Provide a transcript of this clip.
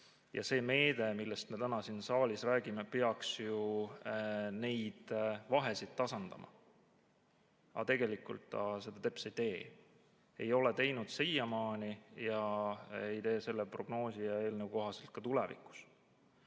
Ja see meede, millest me täna siin saalis räägime, peaks neid vahesid tasandama. Aga tegelikult ta seda teps ei tee. Ei ole teinud siiamaani ega tee prognoosi ja eelnõu kohaselt ka tulevikus. Küsimus